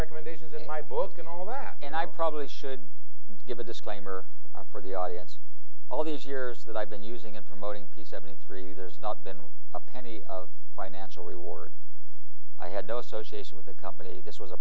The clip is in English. recommendations in my book and all that and i probably should give a disclaimer are for the audience all these years that i've been using and promoting peace seventy three there's not been a penny of financial reward i had no association with the company this was a